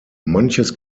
manches